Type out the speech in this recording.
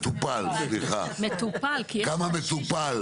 כמה מטופל